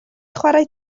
chwarae